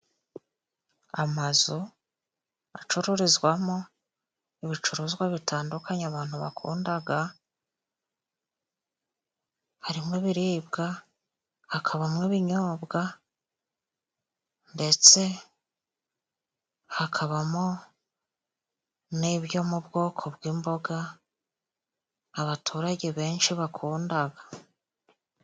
Amazu acururizwamo ibicuruzwa bitandukanye abantu bakundaga harimo ibiribwa, hakabamo ibinyobwa, ndetse hakabamo n'ibyo mu bwoko bw'imboga abaturage benshi bakundaga.